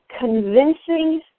Convincing